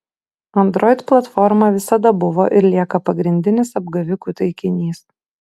android platforma visada buvo ir lieka pagrindinis apgavikų taikinys